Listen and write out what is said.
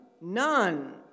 none